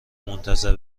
منتظر